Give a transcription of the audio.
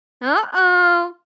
uh-oh